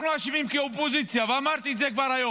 אנחנו אשמים כאופוזיציה, וכבר אמרתי את זה היום,